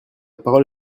parole